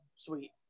sweet